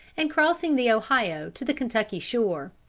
and crossing the ohio to the kentucky shore.